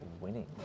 winning